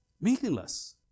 meaningless